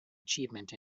achievement